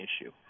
issue